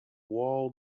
wall